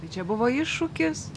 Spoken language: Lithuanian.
tai čia buvo iššūkis